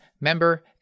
member